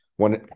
one